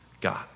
God